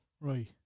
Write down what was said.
Right